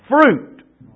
Fruit